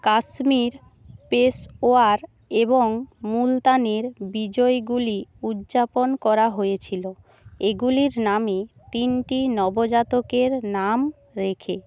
কাশ্মীর পেশওয়ার এবং মুলতানির বিজয়গুলি উদযাপন করা হয়েছিলো এগুলির নামে তিনটি নবজাতকের নাম রেখে